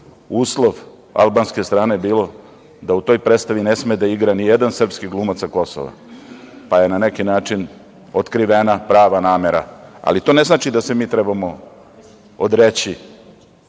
uslov albanske strane je bio da u toj predstavi ne sme da igra ni jedan srpski glumac sa Kosova, pa je na neki način otkrivena prava namera. Ali, to ne znači da se mi trebamo odreći